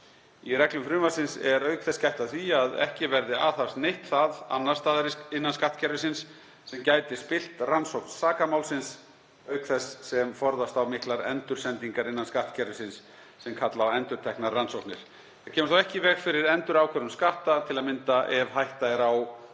Í reglum frumvarpsins er auk þess gætt að því að ekki verði aðhafst neitt það annars staðar innan skattkerfisins sem gæti spillt rannsókn sakamálsins auk þess sem forðast á miklar endursendingar innan skattkerfisins sem kalla á endurteknar rannsóknir. Það kemur þó ekki í veg fyrir endurákvörðun skatta, til að mynda ef hætta er á að